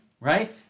right